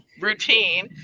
routine